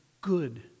good